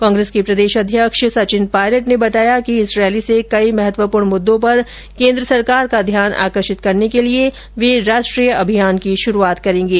कांग्रेस के प्रदेश अध्यक्ष सचिन पायलट ने बताया कि इस रैली से कई महत्वपूर्ण मुद्दों पर केंद्र सरकार का ध्यान आकर्षित करने के लिए वे राष्ट्रीय अभियान की शुरूआत करेंगे